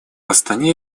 астане